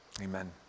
Amen